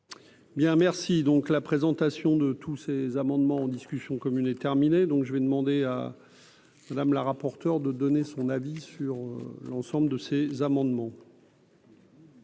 Bien, merci, donc, la présentation de tous ces amendements en discussion commune est terminé, donc je vais demander à Madame, la rapporteure de donner son avis sur l'ensemble de ces amendements.